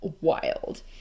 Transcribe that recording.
wild